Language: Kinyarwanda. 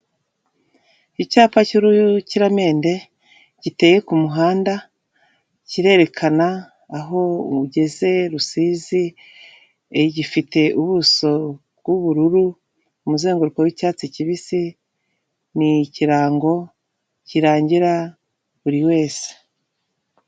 Icyapa cy'uruhukiramende giteye ku muhanda kirerekana aho ugeze Rusizi, gifite ubuso bw'ubururu, umuzenguruko w'icyatsi kibisi ni ikirango kirangira buri wese.